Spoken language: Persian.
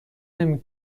نمی